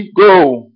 go